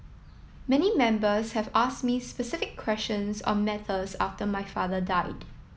many members have ask me specific questions on matters after my father died